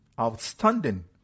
outstanding